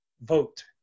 Vote